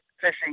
Fishing